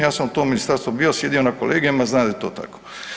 Ja sam u tom ministarstvu bio, sjedio na kolegijima i znam da je to tako.